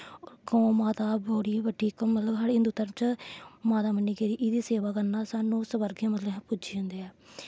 गौ माता बड़ी बड्डी मतलब साढ़े हिन्दू धर्म च माता मन्नी गेदी ऐ एह्दे सेवा करने कन्नै मतलब अस स्वर्गे च पुज्जी जन्ने आं